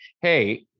hey